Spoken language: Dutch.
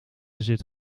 zit